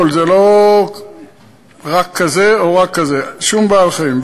"כל", זה לא רק כזה או רק כזה, שום בעל-חיים.